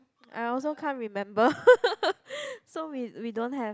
I also can't remember so we we don't have